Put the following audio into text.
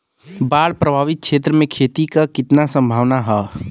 बाढ़ प्रभावित क्षेत्र में खेती क कितना सम्भावना हैं?